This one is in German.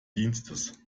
dienstes